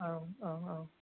औ औ औ औ